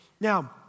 Now